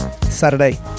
Saturday